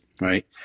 right